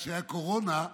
כשהייתה קורונה,